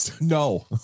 No